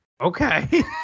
Okay